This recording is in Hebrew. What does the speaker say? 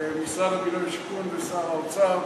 משרד הבינוי והשיכון ושר האוצר,